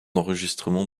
enregistrement